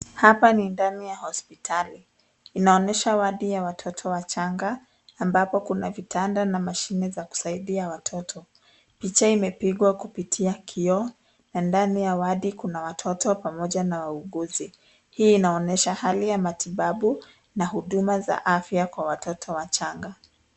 Hapa ni ndani ya hospitali. Inaonyesha wodi ya watoto wachanga ambapo kuna vitanda na mashine za kusaidia watoto. Picha hii imepigwa kupitia kioo na ndani ya wodi kuna watoto pamoja na wauguzi. Hii inaonyesha hali ya matibabu na huduma za afya kwa watoto wachanga.